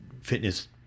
fitness